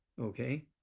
Okay